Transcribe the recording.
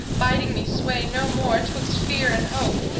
bidding me sway no more twixt fear and hope,